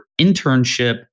internship